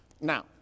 Now